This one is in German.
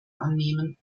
annehmen